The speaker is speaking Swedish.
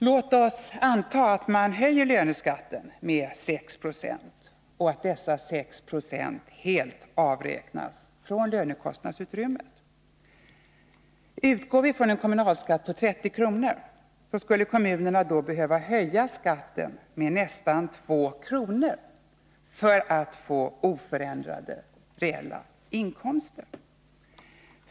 Låt oss anta att man höjer löneskatten med 6 96 och att dessa 6 20 helt avräknas från lönekostnadsutrymmet. Utgår vi från en kommunalskatt på 30 kr., skulle kommunerna behöva höja skatten med nästan 2 kr. för att få oförändrade reella inkomster.